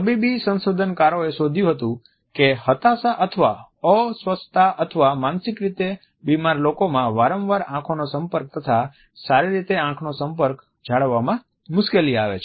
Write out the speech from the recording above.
તબીબી સંશોધનકારોએ શોધ્યું હતુ કે હતાશા અથવા અસ્વસ્થતા અથવા માનસિક રીતે બીમાર લોકોમાં વારંવાર આંખનો સંપર્ક તથા સારી રીતે આંખ નો સંપર્ક જાળવવામાં મુશ્કેલી આવે છે